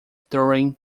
during